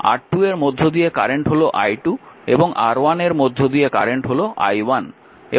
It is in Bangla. R2 এর মধ্য দিয়ে কারেন্ট হল i2 এবং R1 এর মধ্য দিয়ে কারেন্ট হল i1